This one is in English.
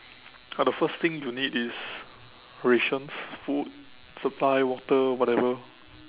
ah the first thing you need is rations food supply water whatever